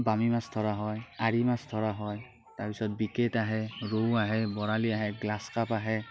বামী মাছ ধৰা হয় আঁৰি মাছ ধৰা হয় তাৰপিছত বি কেট আহে ৰৌ আহে বৰালি আহে গ্ৰাছকাপ আহে